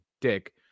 dick